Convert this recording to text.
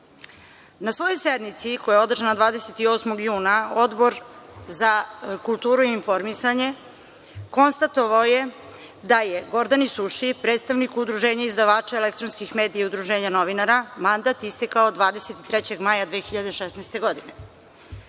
svojoj sednici, koja je održana 28. juna, Odbor za kulturu i informisanje konstatovao je da je Gordani Suši, predstavniku Udruženja izdavača elektronskih medija i Udruženja novinara, mandat istekao 23. maja 2016. godine.